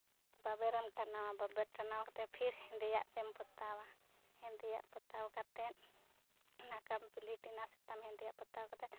ᱵᱟᱵᱮᱨᱮᱢ ᱴᱟᱱᱟᱣᱟ ᱵᱟᱵᱮᱨ ᱴᱟᱱᱟᱣ ᱠᱟᱛᱮᱫ ᱯᱷᱤᱨ ᱦᱮᱸᱫᱮᱭᱟᱜ ᱛᱮᱢ ᱯᱚᱛᱟᱣᱟ ᱦᱮᱸᱫᱮᱭᱟᱜ ᱯᱚᱛᱟᱣ ᱠᱟᱛᱮᱫ ᱚᱱᱟ ᱠᱟᱢᱯᱞᱤᱴᱮᱱᱟ ᱥᱮ ᱛᱟᱢ ᱦᱮᱸᱫᱮᱭᱟᱜ ᱯᱚᱛᱟᱣ ᱠᱟᱛᱮᱫ